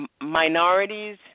minorities